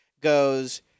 goes